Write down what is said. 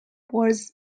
was